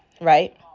Right